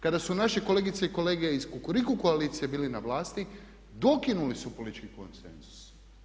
Kada su naše kolegice i kolege iz Kukuriku koalicije bili na vlasti dokinuli su politički konsenzus.